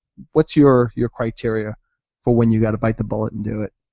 what's your your criteria for when you got to bite the bullet and do it?